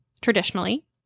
traditionally